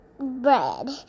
bread